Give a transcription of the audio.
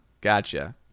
gotcha